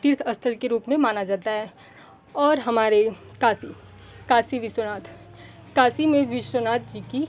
तीर्थ स्थल के रूप में माना जाता है और हमारे काशी काशी विश्वनाथ काशी में विश्वनाथ जी की